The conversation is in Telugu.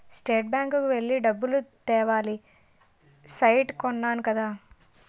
స్టేట్ బ్యాంకు కి వెళ్లి డబ్బులు తేవాలి సైట్ కొన్నాను కదా